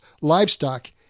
livestock